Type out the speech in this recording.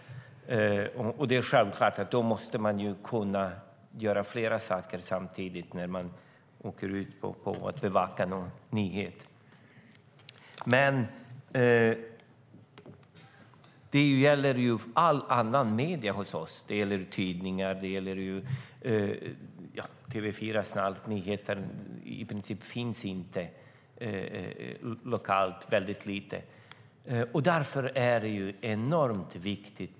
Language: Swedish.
Det är självklart att man då måste kunna göra flera saker samtidigt när man åker ut och bevakar en nyhet. Detta gäller också andra medier hos oss som tidningar och TV4:s lokala nyheter, som i princip inte finns eller lokalt väldigt lite. Därför är public service enormt viktig.